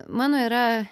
mano yra